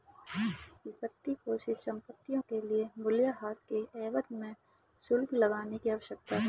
वित्तपोषित संपत्तियों के लिए मूल्यह्रास के एवज में शुल्क लगाने की आवश्यकता है